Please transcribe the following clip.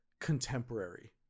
contemporary